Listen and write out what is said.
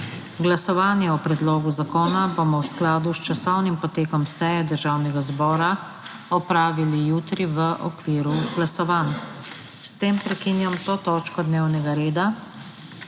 Glasovanje o predlogu zakona bomo v skladu s časovnim potekom seje Državnega zbora opravili jutri v okviru glasovanj. S tem prekinjam to točko dnevnega reda.